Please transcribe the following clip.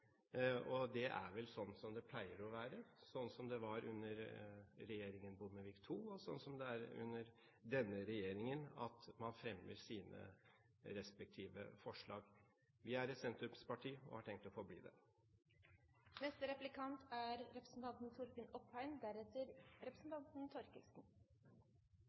fremmet. Det er vel sånn som det pleier å være, sånn som det var under regjeringen Bondevik II, og sånn som det er under denne regjeringen, at man fremmer sine respektive forslag. Vi er et sentrumsparti og har tenkt å forbli det. Representanten Syversen sa i et tidligere replikkordskifte at det var mye gjenkjennelig Høyre-politikk i representanten